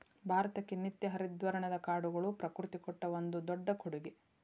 ಭಾರತಕ್ಕೆ ನಿತ್ಯ ಹರಿದ್ವರ್ಣದ ಕಾಡುಗಳು ಪ್ರಕೃತಿ ಕೊಟ್ಟ ಒಂದು ದೊಡ್ಡ ಕೊಡುಗೆ